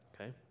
okay